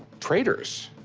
traitors.